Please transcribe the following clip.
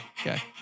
Okay